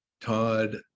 Todd